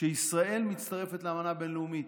כשישראל מצטרפת לאמנה בין-לאומית,